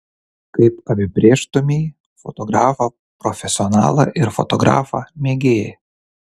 kaip apibrėžtumei fotografą profesionalą ir fotografą mėgėją